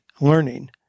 learning